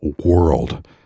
world